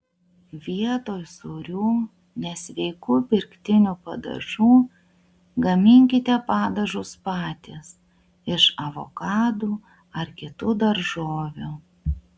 vietoj sūrių nesveikų pirktinių padažų gaminkite padažus patys iš avokadų ar kitų daržovių